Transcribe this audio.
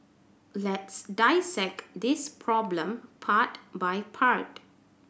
let's dissect this problem part by part